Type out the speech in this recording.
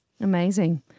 Amazing